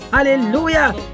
Hallelujah